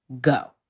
go